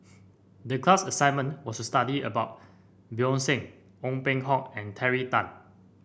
the class assignment was to study about Bjorn Shen Ong Peng Hock and Terry Tan